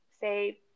say